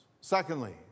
Secondly